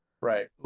Right